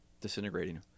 disintegrating